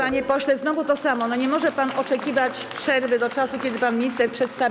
Panie pośle, znowu to samo: nie może pan oczekiwać przerwy do czasu, kiedy pan minister przedstawi.